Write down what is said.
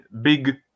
big